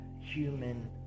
human